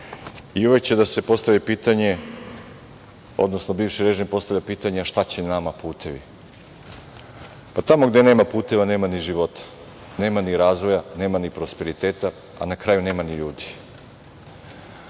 i uvek će da se postavi pitanje, odnosno bivši režim postavlja pitanje – a šta će nama putevi? Tamo gde nema puteva, nema ni života. Nema ni razvoja nema ni prosperiteta, a na kraju nema ni ljudi. Dokle